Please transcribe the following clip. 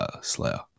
Slayer